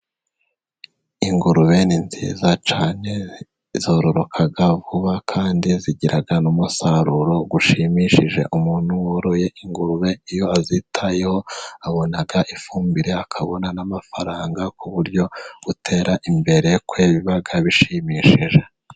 Ingurube ni nziza cyane, zororoka vuba, kandi zigira n'umusaruro ushimishije. Umuntu woroye ingurube iyo azitayeho, abona ifumbire, akabona n'amafaranga ku buryo gutera imbere kwe biba bishimishije.